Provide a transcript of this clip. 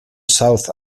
south